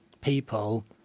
people